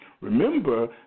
Remember